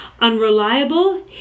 unreliable